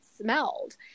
smelled